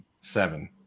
Seven